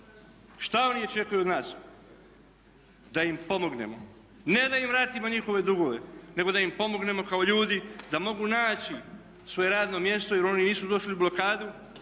Šta oni očekuju od nas? Da im pomognemo, ne da im vratimo njihove dugove nego da im pomognemo kao ljudi da mogu naći svoje radno mjesto jer oni nisu došli u blokadu